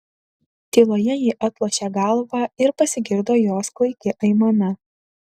tyloje ji atlošė galvą ir pasigirdo jos klaiki aimana